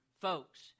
Folks